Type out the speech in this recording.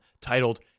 titled